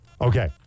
Okay